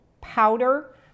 powder